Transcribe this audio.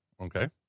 Okay